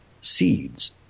seeds